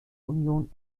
union